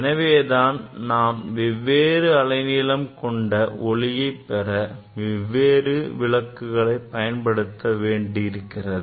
எனவேதான் நாம் வெவ்வேறு அலைநீளம் கொண்ட ஒளியை பெற வெவ்வேறு விளக்குகளைப் பயன்படுத்த வேண்டியிருக்கிறது